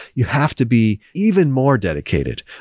you have to be even more dedicated.